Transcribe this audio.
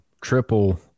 triple